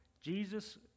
Jesus